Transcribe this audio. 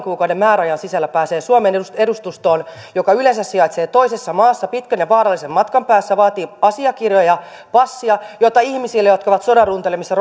kuukauden määräajan sisällä pääsee suomen edustustoon joka yleensä sijaitsee toisessa maassa pitkän ja vaarallisen matkan päässä vaatii asiakirjoja passia joita ihmisillä jotka ovat sodan runtelemissa